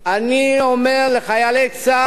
אני אומר לחיילי צה"ל,